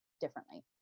differently